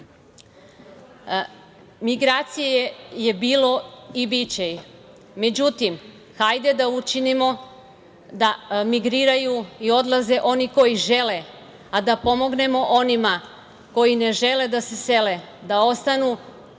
sugrađana. Migracije je bilo i biće ih. Međutim, hajde da učinimo da migriraju i odlaze oni koji žele, a da pomognemo onima koji ne žele da se sele da ostanu